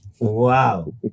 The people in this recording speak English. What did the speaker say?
Wow